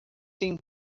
tem